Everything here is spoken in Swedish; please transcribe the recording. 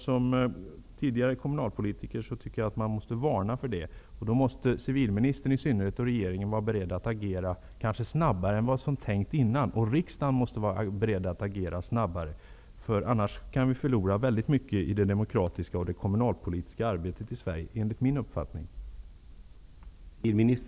Som tidigare kommunalpolitiker anser jag att man måste varna för detta. Då måste regeringen och i synnerhet civilministern vara beredda att reagera snabbare än vad som kanske var tänkt tidigare. Även riksdagen måste vara beredd att agera snabbare, annars kan vi, enligt min uppfattning, förlora mycket i det demokratiska och det kommunalpolitiska arbetet i Sverige.